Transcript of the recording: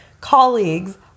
colleagues